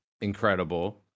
Incredible